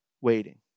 waiting